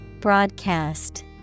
Broadcast